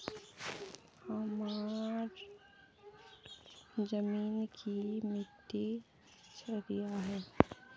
हमार जमीन की मिट्टी क्षारीय है?